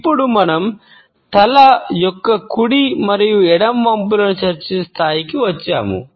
ఇప్పుడు మనం తల యొక్క కుడి మరియు ఎడమ వంపులను చర్చించే స్థాయికి వచ్చాము